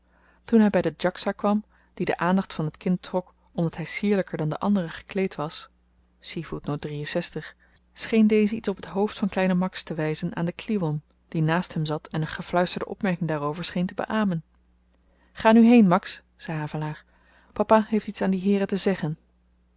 toen hy by den djaksa kwam die de aandacht van t kind trok omdat hy sierlyker dan de anderen gekleed was scheen deze iets op t hoofd van kleinen max te wyzen aan den kliwon die naast hem zat en een gefluisterde opmerking daarover scheen te beamen ga nu heen max zei havelaar papa heeft iets aan die heeren te zeggen